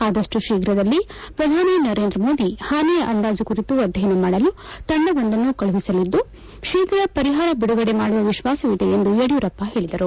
ಆದಷ್ಟು ಶೀಘ್ರದಲ್ಲೇ ಪ್ರಧಾನಿ ನರೇಂದ್ರ ಮೋದಿ ಹಾನಿ ಅಂದಾಜು ಕುರಿತು ಅಧ್ಯಯನ ಮಾಡಲು ತಂಡವೊಂದನ್ನು ಕಳುಹಿಸಲಿದ್ದು ಶೀಘ್ರ ಪರಿಹಾರ ಬಿಡುಗಡೆ ಮಾಡುವ ವಿಶ್ವಾಸವಿದೆ ಎಂದು ಯಡಿಯೂರಪ್ಪ ಹೇಳಿದರು